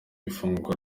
ifungwa